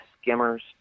skimmers